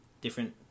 different